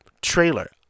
trailer